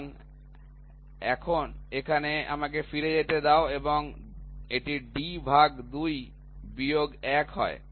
সুতরাং এখানে আমাকে ফিরে যেতে দাও এবং এটি d ভাগ ২ বিয়োগ ১ হয়